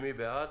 מי בעד?